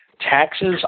taxes